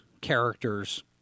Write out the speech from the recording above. characters